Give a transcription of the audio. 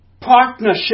partnership